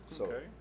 Okay